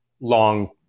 long